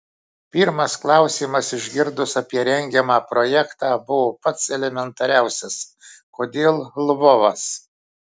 pirmas klausimas išgirdus apie rengiamą projektą buvo pats elementariausias kodėl lvovas